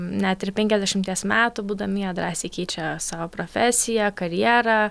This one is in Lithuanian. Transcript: net ir penkiasdešimties metų būdami jie drąsiai keičia savo profesiją karjerą